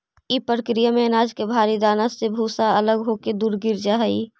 इ प्रक्रिया में अनाज के भारी दाना से भूसा अलग होके दूर गिर जा हई